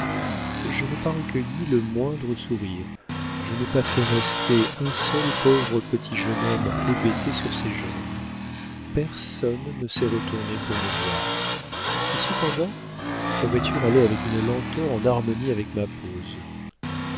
je n'ai pas recueilli le moindre sourire je n'ai pas fait rester un seul pauvre petit jeune homme hébété sur ses jambes personne ne s'est retourné pour me voir et cependant la voiture allait avec une lenteur en harmonie avec ma pose